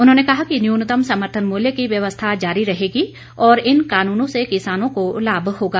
उन्होंने कहा कि न्यूनतम समर्थन मूल्य की व्यवस्था जारी रहेगी और इन कानूनों से किसानों को लाभ होगा